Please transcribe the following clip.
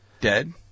Dead